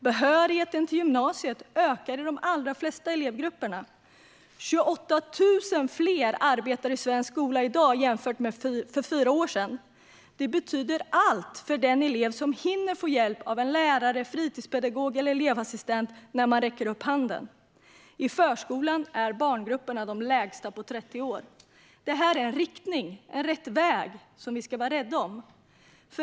Behörigheten till gymnasiet ökar i de allra flesta elevgrupperna. 28 000 fler arbetar i svensk skola i dag jämfört med för fyra år sedan. Det betyder allt för den elev som hinner få hjälp av en lärare, fritidspedagog eller elevassistent när han eller hon räcker upp handen. I förskolan är barngrupperna de lägsta på 30 år. Det här är en riktning, rätt väg, som vi ska vara rädda om.